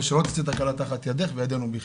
ושלא תצא תקלה תחת ידך וידינו בכלל,